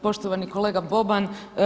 Poštovani kolega Boban.